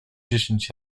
dziesięć